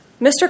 Mr